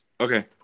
Okay